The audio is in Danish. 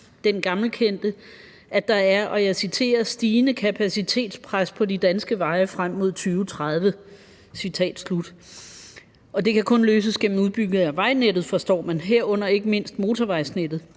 den gammelkendte, at der er, og jeg citerer, »stigende kapacitetspres på de danske veje frem mod 2030«, og at det kun kan løses gennem udbygning af vejnettet, forstår man, herunder ikke mindst motorvejsnettet.